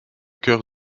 chœur